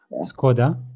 Skoda